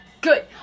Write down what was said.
Good